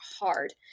hard